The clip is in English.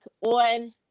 on